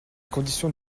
conditions